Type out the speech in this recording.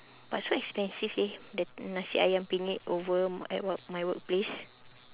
but so expensive leh the nasi ayam penyet over my what my workplace